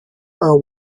are